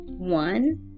One